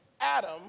Adam